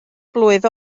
blwydd